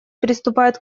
приступает